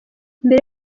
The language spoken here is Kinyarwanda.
mbere